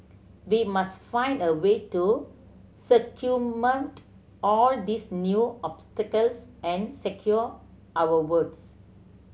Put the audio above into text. we must find a way to circumvent all these new obstacles and secure our votes